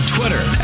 Twitter